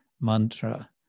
mantra